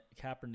Kaepernick